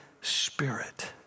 Spirit